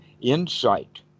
insight